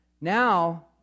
Now